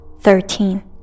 thirteen